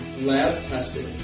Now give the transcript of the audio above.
lab-tested